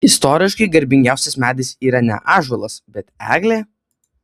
istoriškai garbingiausias medis yra ne ąžuolas bet eglė